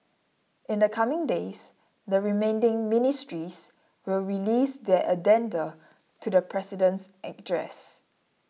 in the coming days the remaining ministries will release their addenda to the President's address